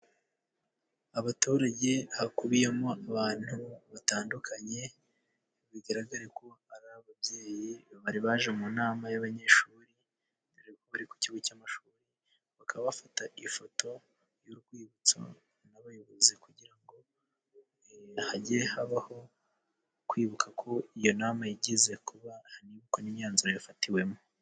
Abaturage hakubiyemo abantu batandukanye, bigaragara ko ari ababyeyi bari baje mu nama y'abanyeshuri bari ku kigo cy'amashuri, bakaba bafata ifoto y'urwibutso n'abayobozi, kugira ngo hajye habaho kwibuka ko iyo nama yigeze kuba, hanibukwa n'imyanzuro yafatiwemo.